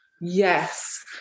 Yes